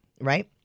Right